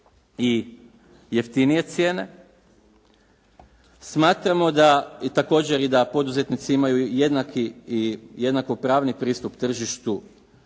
i jeftinije cijene, smatramo također i da poduzetnici imaju jednaki i jednako pravni pristup tržištu